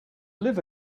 live